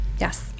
Yes